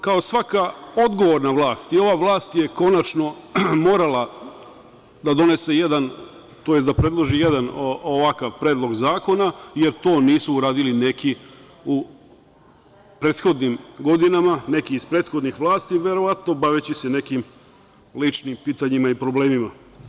Kao svaka odgovorna vlast i ova vlast je konačno morala da donese jedan, tj. da predloži jedan ovakav predlog zakona, jer to nisu uradili neki u prethodnim godinama, neki iz prethodnih vlasti, verovatno baveći se nekim ličnim pitanjima i problemima.